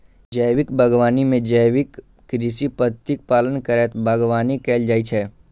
जैविक बागवानी मे जैविक कृषि पद्धतिक पालन करैत बागवानी कैल जाइ छै